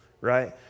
right